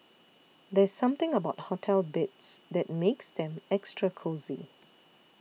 there's something about hotel beds that makes them extra cosy